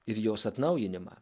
ir jos atnaujinimą